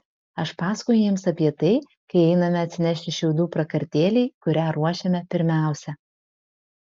aš pasakoju jiems apie tai kai einame atsinešti šiaudų prakartėlei kurią ruošiame pirmiausia